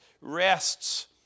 rests